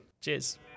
Cheers